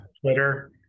Twitter